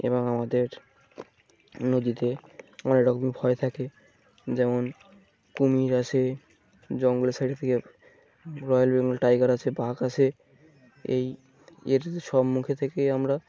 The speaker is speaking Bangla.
এবং আমাদের নদীতে অনেক রকমই ভয় থাকে যেমন কুমির আসে জঙ্গলের সাইডে থেকে রয়েল বেঙ্গল টাইগার আছে বাঘ আসে এই এতে সব মুখে থেকেই আমরা